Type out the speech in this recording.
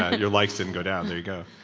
your likes didn't go down, there you go.